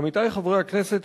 עמיתי חברי הכנסת,